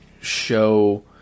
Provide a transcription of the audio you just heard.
show